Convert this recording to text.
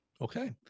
Okay